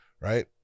right